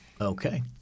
okay